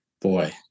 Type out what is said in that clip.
boy